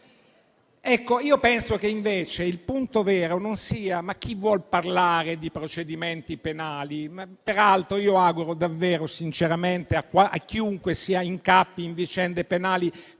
Io penso invece che il punto vero non sia questo. Ma chi vuol parlare di procedimenti penali? Peraltro, io auguro davvero sinceramente a chiunque incappi in vicende penali